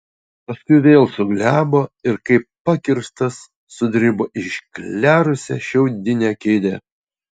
paskui vėl suglebo ir kaip pakirstas sudribo į išklerusią šiaudinę kėdę